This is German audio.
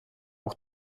auch